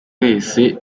wese